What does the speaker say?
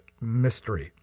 mystery